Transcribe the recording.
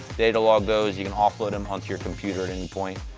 data log those. you can offload them onto your computer at any point,